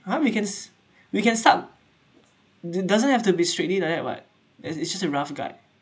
ha we can s~ we can start d~ doesn't have to be strictly like that [what] it's it's just a rough guide